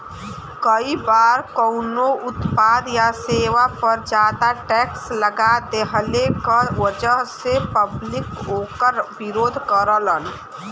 कई बार कउनो उत्पाद या सेवा पर जादा टैक्स लगा देहले क वजह से पब्लिक वोकर विरोध करलन